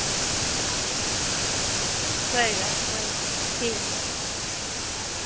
कोई गल्ल निं कोई गल्ल निं ठीक